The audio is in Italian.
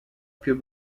più